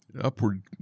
upward-